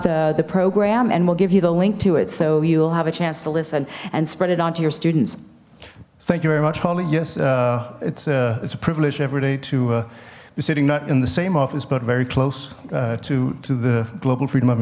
about the program and we'll give you the link to it so you will have a chance to listen and spread it on to your students thank you very much holly yes it's a it's a privilege every day to be sitting not in the same office but very close to to the global freedom of